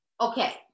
okay